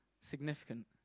significant